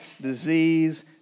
disease